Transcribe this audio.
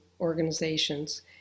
organizations